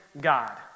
God